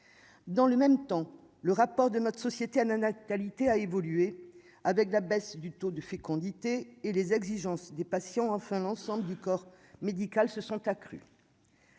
dans le même temps, le rapport de notre société, ananas qualité a évolué avec la baisse du taux de fécondité et les exigences des patients, enfin l'ensemble du corps médical se sont accrues.